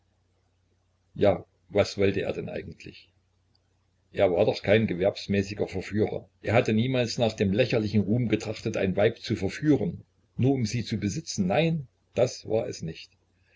ja was wollte er denn eigentlich er war doch kein gewerbsmäßiger verführer er hatte niemals nach dem lächerlichen ruhm getrachtet ein weib zu verführen nur um sie zu besitzen nein das war es nicht